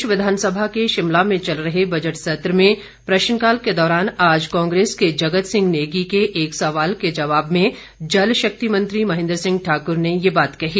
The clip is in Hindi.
प्रदेश विधानसभा के शिमला में चल रहे बजट सत्र में प्रश्नकाल के दौरान आज कांग्रेस के जगत सिंह नेगी के एक सवाल के जवाब में जलशक्ति मंत्री महेंद्र सिंह ठाकुर ने ये बात कही